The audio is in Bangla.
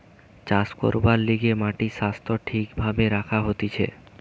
চাষ করবার লিগে মাটির স্বাস্থ্য ঠিক ভাবে রাখা হতিছে